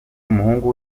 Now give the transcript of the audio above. umuhungu